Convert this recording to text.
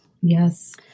Yes